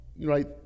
right